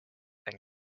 and